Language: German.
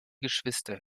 geschwister